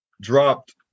dropped